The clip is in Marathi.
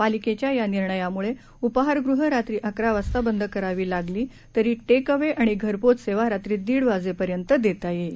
पालिकेच्या या निर्णयामुळे उपाहारगृहं रात्री अकरा वाजता बंद करावी लागली तरी टेक अवे आणि घरपोच सेवा रात्री दीड वाजेपर्यंत देता येईल